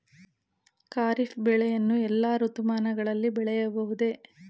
ಖಾರಿಫ್ ಬೆಳೆಯನ್ನು ಎಲ್ಲಾ ಋತುಮಾನಗಳಲ್ಲಿ ಬೆಳೆಯಬಹುದೇ?